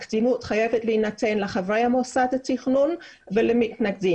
הקדימות חייבת להינתן לחברי מוסד התכנון ולמתנגדים.